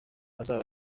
izaba